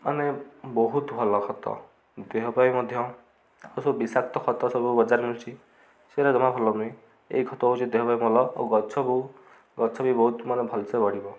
ମାନେ ବହୁତ ଭଲ ଖତ ଦେହ ପାଇଁ ମଧ୍ୟ ଆଉ ସବୁ ବିଶାକ୍ତ ଖତ ସବୁ ବଜାରରେ ମିଳୁଛି ସେଇଟା ଦବା ଭଲ ନୁହେଁ ଏଇ ଖତ ହଉଛି ଦେହ ପାଇଁ ଭଲ ଆଉ ଗଛ ଗଛ ବି ବହୁତ ମାନେ ଭଲସେ ବଢ଼ିବ